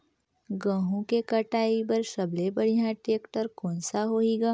गहूं के कटाई पर सबले बढ़िया टेक्टर कोन सा होही ग?